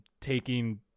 taking